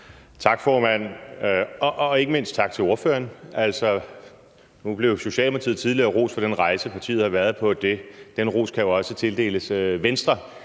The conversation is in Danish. Tak, formand, og ikke mindst tak til ordføreren. Nu blev Socialdemokratiet tidligere rost for den rejse, partiet har været på, og den ros kan jo også tildeles Venstre.